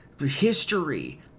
history